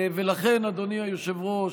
ולכן, אדוני היושב-ראש,